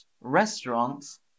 restaurants